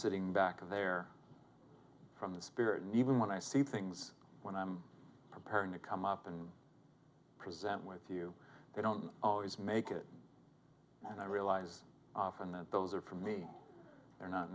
sitting back of there from the spirit and even when i see things when i'm preparing to come up and present with you they don't always make it and i realize often that those are for me they're not